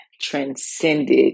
transcended